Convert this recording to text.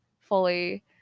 fully